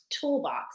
toolbox